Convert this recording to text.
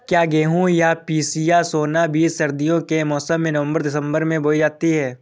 क्या गेहूँ या पिसिया सोना बीज सर्दियों के मौसम में नवम्बर दिसम्बर में बोई जाती है?